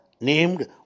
named